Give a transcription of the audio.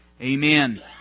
Amen